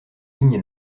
dignes